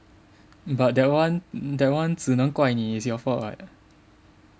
but that one that one 只能怪你 it's your fault [what]